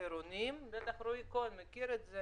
עירוניים בטח רועי כהן מכיר את זה